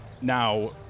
now